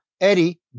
Eddie